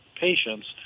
patients